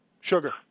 Sugar